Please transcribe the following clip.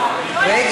עמיר פרץ,